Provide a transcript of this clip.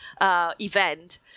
event